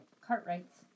Cartwrights